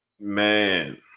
Man